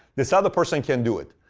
this other person can do it.